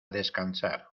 descansar